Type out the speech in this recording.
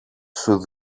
σου